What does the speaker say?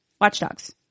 Watchdogs